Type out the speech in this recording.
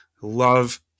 Love